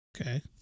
okay